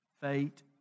fate